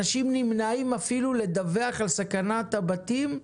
אנשים נמנעים אפילו לדווח על סכנת הבתים,